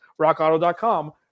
RockAuto.com